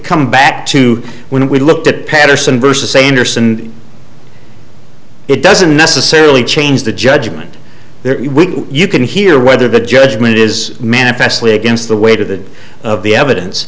come back to when we looked at patterson versus a understand it doesn't necessarily change the judgement there you can hear whether the judgment is manifestly against the weight of the of the evidence